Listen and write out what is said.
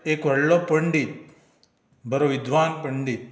एक व्हडलो पंडीत बरो विद्वान पंडीत